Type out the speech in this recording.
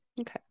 Okay